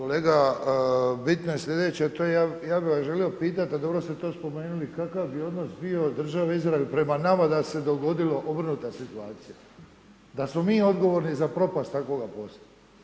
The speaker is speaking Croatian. Kolega bitno je sljedeće, a to ja bi vas želio pitati, a dobro ste to spomenuli, kakav bi odnos bio države Izrael prema nama da se dogodila obrnuta situacija, da smo mi odgovorni za propast takvoga posla.